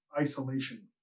isolation